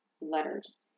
letters